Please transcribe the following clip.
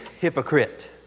hypocrite